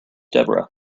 deborah